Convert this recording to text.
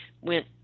went